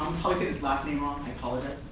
last name wrong. i apologize.